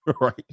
right